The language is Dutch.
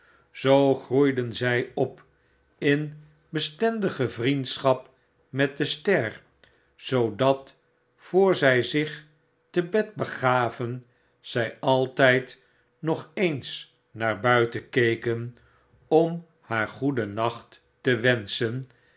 zoo groeiden zij op in bestendige vriendschap met de ster zoodat voor zij zich te bed begaven zij altijd nog eens naar buiten keken om haar goedennacnt te wenschen